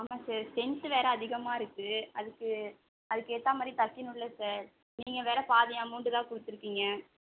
ஆமாம் sir strength வேறு அதிகமாக இருக்குது அதுக்கு அதுக்கேற்ற மாதிரி தைக்கணுமில்ல சார் நீங்கள் வேறு பாதி அமௌண்டு தான் கொடுத்துருக்கீங்க